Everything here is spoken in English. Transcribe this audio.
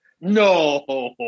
no